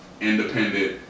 independent